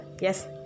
Yes